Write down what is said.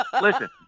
Listen